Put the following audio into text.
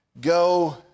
go